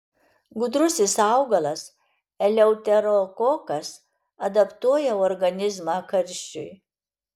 gudrusis augalas eleuterokokas adaptuoja organizmą karščiui